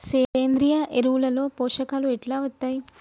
సేంద్రీయ ఎరువుల లో పోషకాలు ఎట్లా వత్తయ్?